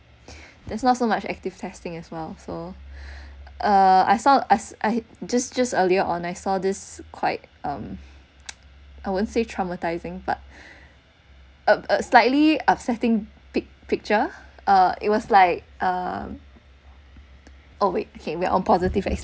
there's not so much active testing as well so uh I saw as I just just earlier on I saw this quite um I wouldn't say traumatizing part of a slightly upsetting pic~ picture uh it was like uh oh wait okay we are on positive